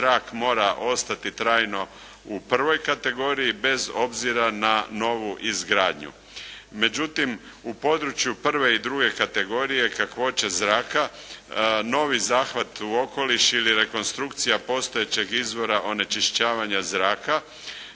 zrak mora ostati trajno u I. kategoriji, bez obzira na novu izgradnju. Međutim u području I. i II. kategorije kakvoća zraka, novi zahvat u okoliš ili rekonstrukcija postojećeg izvora onečišćavanja zraka